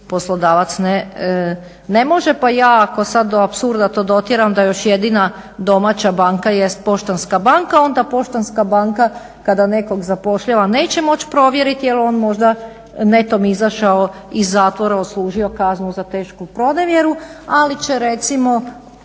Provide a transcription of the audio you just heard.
poslodavac ne može. Pa ja ako sada do apsurda to dotjeram da još jedina domaća banka jest Poštanska banka onda Poštanska banka kada nekog zapošljava neće moći provjeriti jel on možda netom izašao iz zatvora, odslužio kaznu za tešku pronevjeru ali će recimo